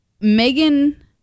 Megan